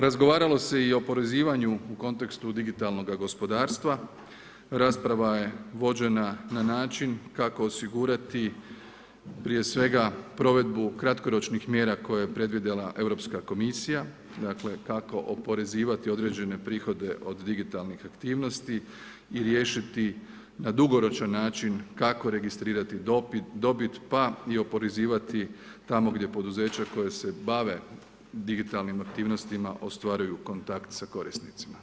Razgovaralo se i o oporezivanju u kontekstu digitalnoga gospodarstva, rasprava je vođena na način kako osigurati prije svega provedbu kratkoročnih mjera koje je predvidjela Europska komisija, dakle kako oporezivati određene prihode od digitalnih aktivnosti i riješiti na dugoročan način kako registrirati dobit pa i oporezivati tamo gdje poduzeće koje se bave digitalnim aktivnostima ostvaruju kontakt sa korisnicima.